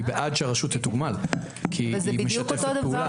אני בעד שהרשות תתוגמל כי היא משתפת פעולה.